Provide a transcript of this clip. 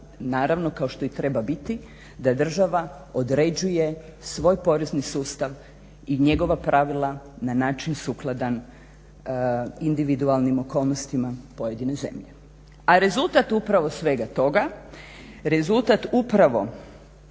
naravno kao što i treba biti, da država određuje svoj porezni sustav i njegova pravila na način sukladan individualnim okolnostima pojedine zemlje. A rezultat upravo svega toga, rezultat upravo